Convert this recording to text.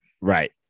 Right